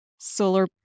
Solar